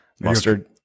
mustard